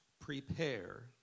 prepare